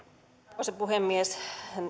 arvoisa puhemies